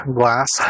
glass